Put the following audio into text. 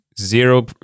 zero